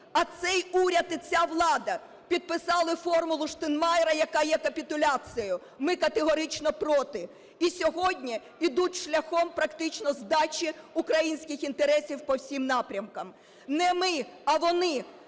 а цей уряд і ця влада підписали формулу Штайнмайєра, яка є капітуляцією. Ми категорично проти. І сьогодні ідуть шляхом практично здачі українських інтересів по всім напрямкам. Не ми, а вони